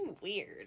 weird